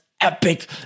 epic